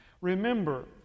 Remember